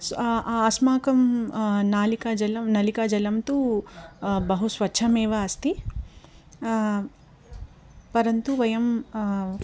अस्माकं नलिका जलं नलिका जलं तु बहु स्वच्छमेव अस्ति परन्तु वयं